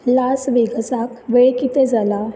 लास वेगसाक वेळ कितें जाला